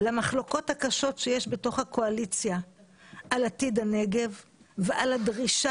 למחלוקות הקשות שיש בתוך הקואליציה על עתיד הנגב ועל הדרישה